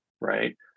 right